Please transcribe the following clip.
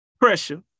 pressure